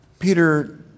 Peter